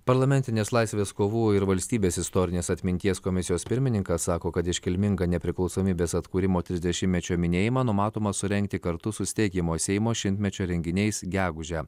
parlamentinės laisvės kovų ir valstybės istorinės atminties komisijos pirmininkas sako kad iškilmingą nepriklausomybės atkūrimo trisdešimtmečio minėjimą numatoma surengti kartu su steigiamojo seimo šimtmečio renginiais gegužę